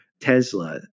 Tesla